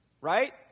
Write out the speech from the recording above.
right